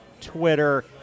Twitter